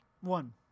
One